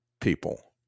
people